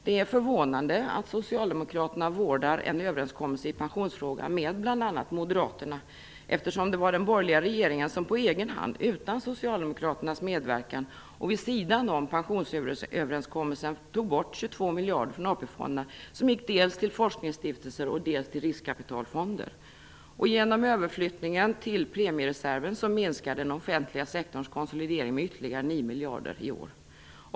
Det är förvånande att socialdemokraterna vårdar överenskommelsen i pensionsfrågan med bl.a. moderaterna, eftersom det var den borgerliga regeringen som på egen hand - utan socialdemokraternas medverkan och vid sidan om pensionsöverenskommelsen - tog bort 22 miljarder kronor från AP-fonderna, som gick dels till forskningsstiftelser, dels till riskkapitalfonder. Genom överflyttningen till premiereserven minskar den offentliga sektorns konsolidering med ytterligare 9 miljarder i år.